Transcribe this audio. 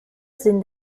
sind